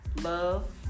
love